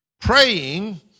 praying